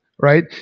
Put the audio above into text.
right